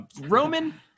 Roman